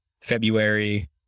February